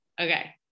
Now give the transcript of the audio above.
Okay